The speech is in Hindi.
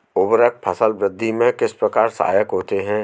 उर्वरक फसल वृद्धि में किस प्रकार सहायक होते हैं?